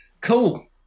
Cool